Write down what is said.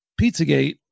Pizzagate